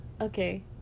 Okay